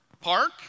park